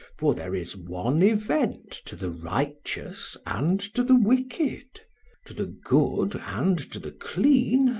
for there is one event to the righteous and to the wicked to the good, and to the clean,